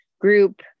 group